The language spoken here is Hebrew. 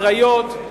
הקריות,